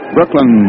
Brooklyn